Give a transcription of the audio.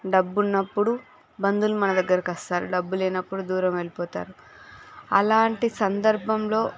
డబ్బు ఉన్నప్పుడు బంధువులు మన దగ్గరకి వస్తారు డబ్బులేనప్పుడు దూరం వెళ్ళిపోతారు అలాంటి సందర్భంలో